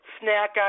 snack